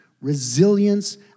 resilience